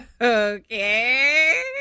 Okay